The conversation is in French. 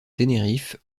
tenerife